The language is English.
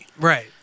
Right